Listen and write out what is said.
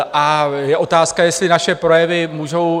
A je otázka, jestli naše projevy můžou...